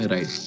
Right